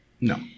No